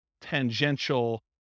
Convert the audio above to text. tangential